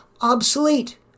obsolete